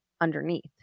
underneath